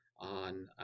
on